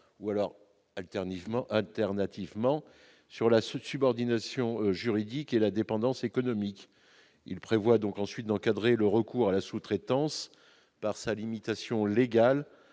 ou alternativement, sur la subordination juridique et la dépendance économique. Notre amendement vise aussi à encadrer le recours à la sous-traitance par sa limitation légale